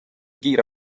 kiire